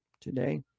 today